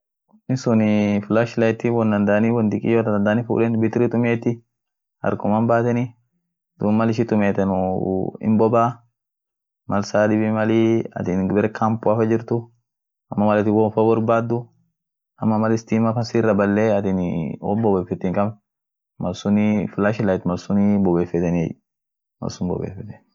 fire extingushern ak inin ibid daanf. wonitok kabai carbon dioxide yedeni. kiles sunii woni sunii ibid daanfai, mal bare min fan gubete au won yoyoten gubet, woni sunii itbiifenie ibidin dandee achiran malsun hinboboo. ibid daanfai dubii kwa sababu carbon dioxide suni. woni sun kaba dumii woni suut ibid daanf